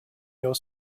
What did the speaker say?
your